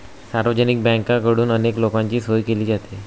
सार्वजनिक बँकेकडून अनेक लोकांची सोय केली जाते